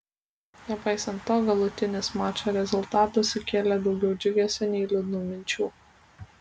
nepaisant to galutinis mačo rezultatas sukėlė daugiau džiugesio nei liūdnų minčių